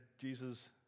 Jesus